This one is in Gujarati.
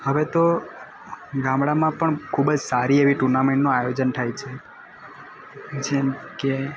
હવે તો ગામડામાં પણ ખૂબ જ સારી એવી ટુર્નામેન્ટનો આયોજન થાય છે જેમકે